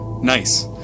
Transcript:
Nice